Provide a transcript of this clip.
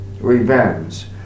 revenge